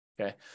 Okay